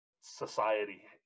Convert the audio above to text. society